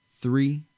Three